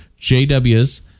JWs